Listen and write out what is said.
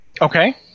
Okay